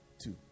two